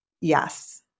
Yes